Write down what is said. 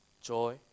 joy